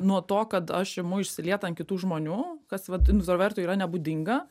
nuo to kad aš imu išsiliet ant kitų žmonių kas vat intravertui yra nebūdinga